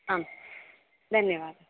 आं धन्यवादः